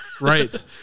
Right